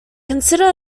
consider